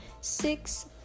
Six